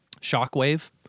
Shockwave